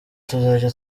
tuzajya